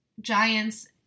Giants